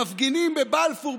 המפגינים בבלפור,